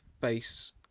base